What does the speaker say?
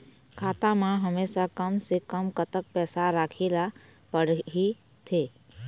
खाता मा हमेशा कम से कम कतक पैसा राखेला पड़ही थे?